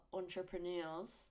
entrepreneurs